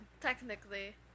technically